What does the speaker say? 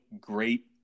great